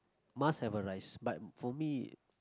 must have a rice but for me